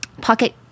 Pocket